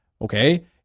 Okay